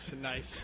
Nice